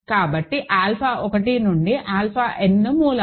కాబట్టి ఆల్ఫా 1 నుండి alpha n మూలాలు